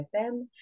FM